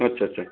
अच्छा अच्छा